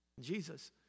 Jesus